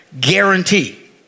guarantee